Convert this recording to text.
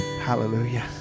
Hallelujah